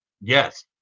yes